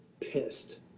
pissed